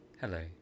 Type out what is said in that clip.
Hello